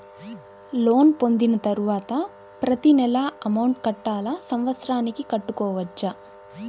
Loan పొందిన తరువాత ప్రతి నెల అమౌంట్ కట్టాలా? సంవత్సరానికి కట్టుకోవచ్చా?